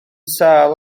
sâl